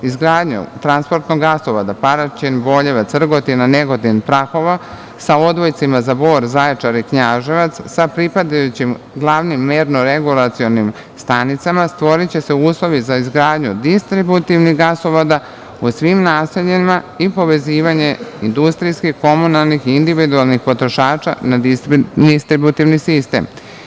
Izgradnjom transportnog gasovoda Paraćin-Boljevac-Rgotina-Negotin-Prahovo sa odvojcima za Bor, Zaječar i Knjaževac, sa pripadajućim glavnim mernoregulacionim stanicama, stvoriće se uslovi za izgradnju distributivnih gasovoda u svim naseljima i povezivanje industrijskih, komunalnih i individualnih potrošača na distributivni sistem.